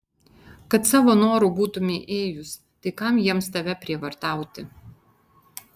kad savo noru būtumei ėjus tai kam jiems tave prievartauti